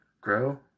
grow